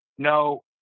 no